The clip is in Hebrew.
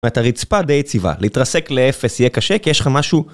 זאת אומרת הרצפה די יציבה, להתרסק לאפס יהיה קשה, כי יש לך משהו...